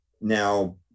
Now